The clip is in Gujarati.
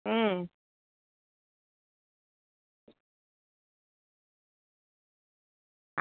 હમ